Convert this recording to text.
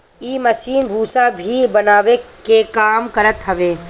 इ मशीन भूसा भी बनावे के काम करत हवे